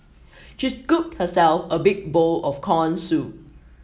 she scooped herself a big bowl of corn soup